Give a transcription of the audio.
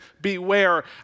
beware